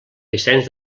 vicenç